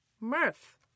mirth